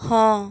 ہاں